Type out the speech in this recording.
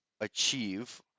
achieve